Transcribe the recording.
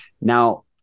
Now